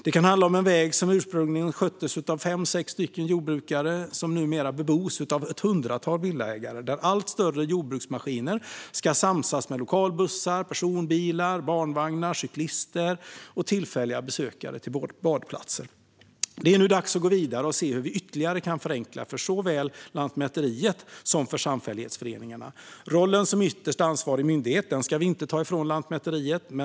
Det kan handla om en väg som ursprungligen sköttes av fem sex jordbrukare och som numera bebos av ett hundratal villaägare och där allt större jordbruksmaskiner ska samsas med lokalbussar, personbilar, barnvagnar, cyklister och tillfälliga besökare till badplatser. Det är nu dags att gå vidare och se hur vi kan förenkla ytterligare för såväl Lantmäteriet som samfällighetsföreningarna. Rollen som ytterst ansvarig myndighet ska vi inte ta ifrån Lantmäteriet.